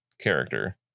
character